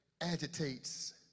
agitates